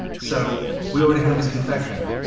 so we already have his confession.